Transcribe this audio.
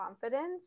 confidence